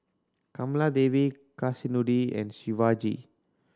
Kamaladevi Kasinadhuni and Shivaji